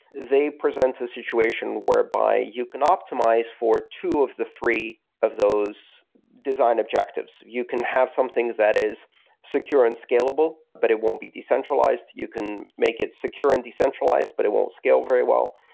they present a situation whereby you can optimize for two of the three of those design objectives. you can have something that is secure and scalable, but it won't be decentralized. you can make it secure and decentralized, but it won't scale very well,